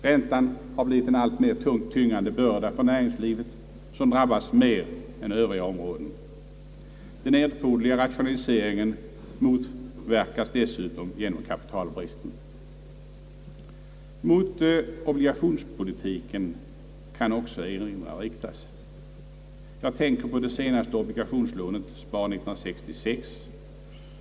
Räntan har blivit en alltmera tyngande börda för näringslivet, som drabbas mer än övriga områden. Den erforderliga rationaliseringen motverkas genom kapitalbristen. Mot obligationspolitiken kan också erinran riktas. Jag tänker på det senaste obligationslånet, Spar-66.